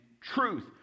truth